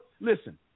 Listen